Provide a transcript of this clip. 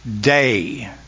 day